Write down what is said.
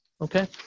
Okay